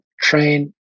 train